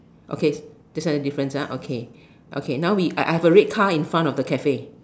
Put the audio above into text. okay the signage difference ah okay okay now we I have a red car in front of the Cafe